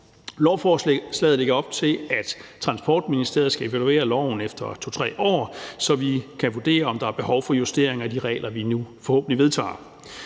Lovforslaget lægger op til, at Transportministeriet skal evaluere loven efter 2-3 år, så vi kan vurdere, om der er behov for justering af de regler, vi nu forhåbentlig vedtager.